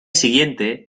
siguiente